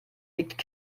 liegt